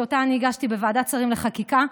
שאותה אני הגשתי בוועדת שרים לחקיקה,